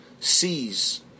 sees